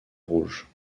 rouge